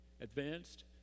advanced